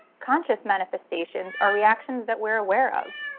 conscious manifestations are reactions that we're aware of.